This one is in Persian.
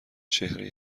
چهره